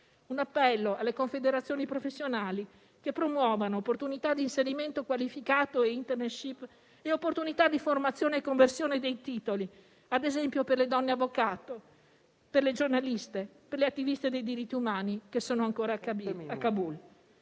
un appello anche alle confederazioni professionali affinché promuovano opportunità di inserimento qualificato, *internship* e opportunità di formazione e conversione dei titoli, ad esempio per le donne avvocato, giornaliste e attiviste dei diritti umani che sono ancora a Kabul.